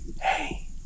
Hey